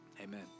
amen